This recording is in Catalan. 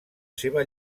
seva